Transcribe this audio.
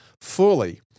fully